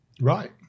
right